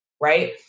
right